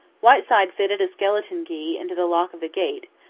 whiteside fitted a skeleton key into the lock of the gate,